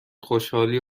خوشحالی